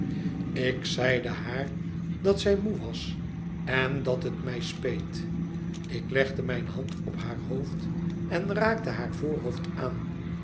ik zeide haar dat zij moe was en dat het mij speet ik legde mijne hand op haar hoofd en raakte haar voorhoofd aan